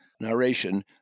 narration